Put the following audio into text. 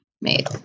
made